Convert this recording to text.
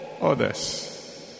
others